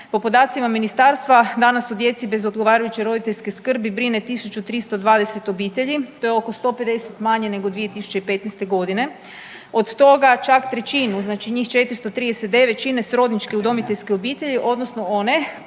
Po podacima ministarstva danas se o djeci bez odgovarajuće roditeljske skrbi brine 1.320 obitelji. To je oko 150 manje nego 2015.g., od toga čak trećinu znači 439 čine srodničke udomiteljske obitelji odnosno one